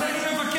אז אני מבקש,